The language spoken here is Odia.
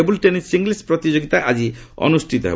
ଟେବୁଲ୍ ଟେନିସ୍ ସିଙ୍ଗିଲ୍ସ ପ୍ରତିଯୋଗିତ ଆଜି ଅନୁଷ୍ଠିତ ହେବ